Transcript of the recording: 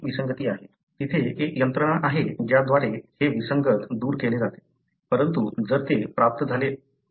तिथे एक यंत्रणा आहे ज्याद्वारे हे विसंगत दूर केले जाते परंतु जर ते प्राप्त झाले तर काय होईल